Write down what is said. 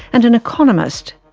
and an economist.